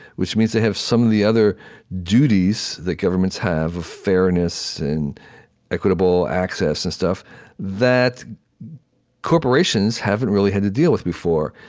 which means they have some of the other duties that governments have of fairness and equitable access and stuff that corporations haven't really had to deal with before.